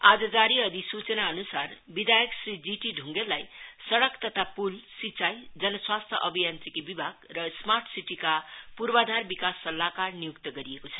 आज जारी अधिसुचनाअनुसार विधायक श्री जीटी ढुँगेललाई सड़क तथा पुल सिँचाई जनस्वास्थ्य अभियान्त्रिकी र स्मार्ट सीटी पूर्वाधार विकास सल्लाहकार नियुक्त गरिएको छ